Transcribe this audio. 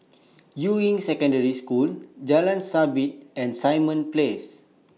Yuying Secondary School Jalan Sabit and Simon Place